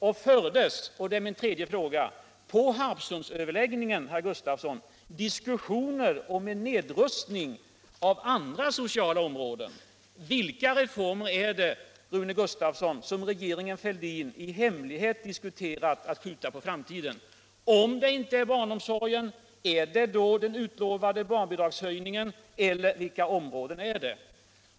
Och fördes — det är min fjärde fråga — vid Harpsundsöverläggningen diskussioner om nedrustning av andra sociala områden? Vilka reformer är det, Rune Gustavsson, som regeringen Fälldin i hemlighet diskuterat att skjuta på framtiden? Om det inte är barnomsorgen, är det då kanske den utlovade barnbidragshöjningen, eller vilka områden är det?